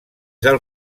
del